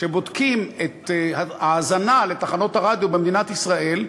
כשבודקים את ההאזנה לתחנות הרדיו במדינת ישראל,